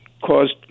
caused